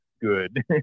good